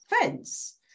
fence